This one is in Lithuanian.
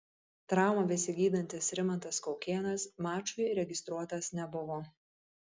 traumą besigydantis rimantas kaukėnas mačui registruotas nebuvo